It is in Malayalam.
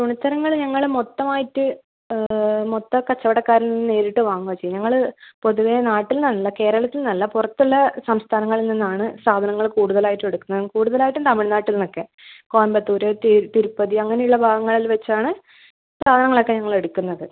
തുണിത്തരങ്ങൾ ഞങ്ങൾ മൊത്തമായിട്ട് മൊത്തക്കച്ചവടക്കാരിൽ നിന്ന് നേരിട്ട് വാങ്ങുകയാണ് ചെയ്യുന്നത് ഞങ്ങൾ പൊതുവെ നാട്ടിൽ നിന്നല്ല കേരളത്തിൽ നിന്നല്ല പുറത്തുളള സംസ്ഥാനങ്ങളിൽ നിന്നാണ് സാധനങ്ങൾ കൂടുതലായിട്ടും എടുക്കുന്നത് കൂടുതലായിട്ടും തമിഴ്നാട്ടിൽ നിന്നൊക്കെ കോയമ്പത്തൂർ തിരുപ്പതി അങ്ങനെയുള്ള ഭാഗങ്ങളിൽ വച്ചാണ് സാധനങ്ങളൊക്കെ ഞങ്ങളെടുക്കുന്നത്